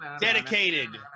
dedicated